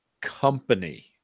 company